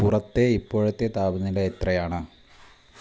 പുറത്തെ ഇപ്പോഴത്തെ താപനില എത്രയാണ്